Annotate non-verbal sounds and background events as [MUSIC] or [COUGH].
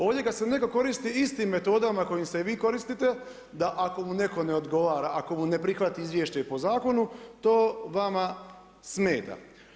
Ovdje ga se … [UNINTELLIGIBLE] koristi istim metodama kojim se i vi koristite da ako mu netko ne odgovara, ako mu ne prihvati izvješće i po zakonu to vama smeta.